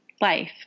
life